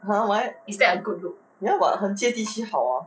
well what ya what 很接地气好啊